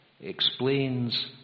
Explains